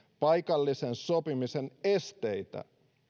paikallisen sopimisen esteitä